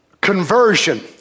conversion